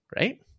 right